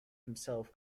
himself